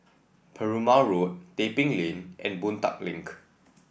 Perumal Road Tebing Lane and Boon Tat Link